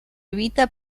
evita